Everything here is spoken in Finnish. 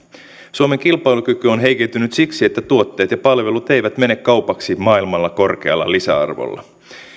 suomen kilpailukyky on heikentynyt siksi että tuotteet ja palvelut eivät mene kaupaksi maailmalla korkealla lisäarvolla